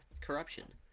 corruption